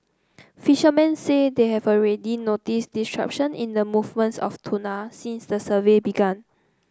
fishermen say they have already noticed disruption in the movements of tuna since the survey began